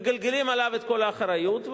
מגלגלים עליו את כל האחריות,